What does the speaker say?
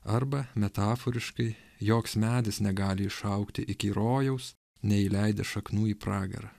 arba metaforiškai joks medis negali išaugti iki rojaus neįleidęs šaknų į pragarą